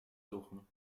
suchen